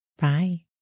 Bye